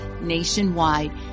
nationwide